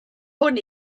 hwn